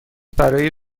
برای